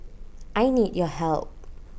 I need your help